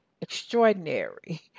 extraordinary